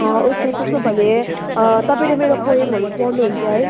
एकचोटि के भने तपाईँले मेरो पोएमहरू पढ्नुहुन्छ है